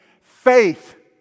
Faith